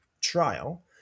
trial